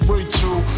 Rachel